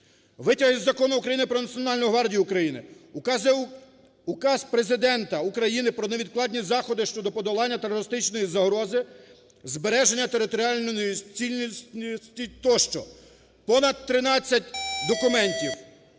витяги із Закону України "Про Національну гвардію України", Указ Президента України про невідкладні заходи щодо подолання терористичної загрози, збереження територіальної цілісності тощо – понад 13 документів.